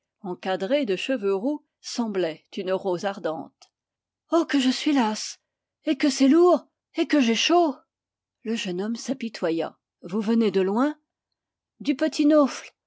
encadré de cheveux roux semblait une rose ardente oh que je suis lasse et que c'est lourd et que j'ai chaud le jeune homme s'apitoya vous venez de loin du petit neauphle et